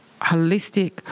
holistic